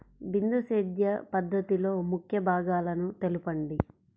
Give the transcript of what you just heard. బిందు సేద్య పద్ధతిలో ముఖ్య భాగాలను తెలుపండి?